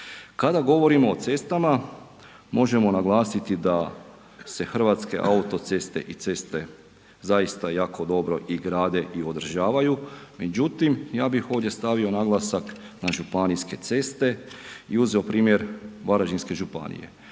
Kada govorimo o cestama, možemo naglasiti da se hrvatske autoceste i ceste zaista jako dobro i grade i održavaju međutim ja bih ovdje stavio naglasak na županijske ceste i uzeo primjer Varaždinske županije.